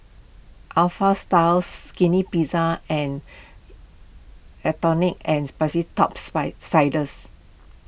Alpha Style Skinny Pizza and and Sperry Top Sider